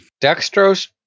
Dextrose